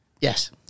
Yes